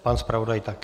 Pan zpravodaj také.